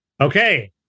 Okay